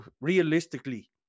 Realistically